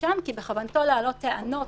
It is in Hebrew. הנאשם כי בכוונתו להעלות טענות,